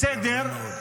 בסדר.